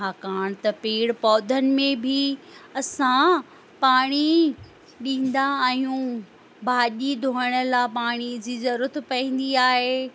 छाकाणि त पेड़ पौधनि में बि असां पाणी ॾींदा आहियूं भाॼी धोअण लाइ पाणीअ जी ज़रूरत पवंदी आहे